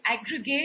aggregate